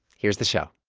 here's the show